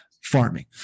Farming